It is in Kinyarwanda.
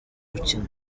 gukina